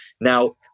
Now